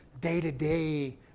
day-to-day